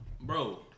bro